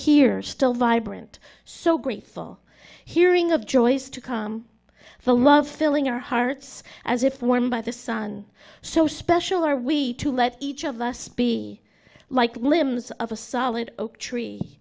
here still vibrant so grateful hearing of joys to come the love filling our hearts as if warmed by the sun so special are we to let each of us be like limbs of a solid oak tree